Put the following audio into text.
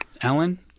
Ellen